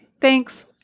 Thanks